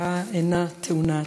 ההודעה אינה טעונה הצבעה.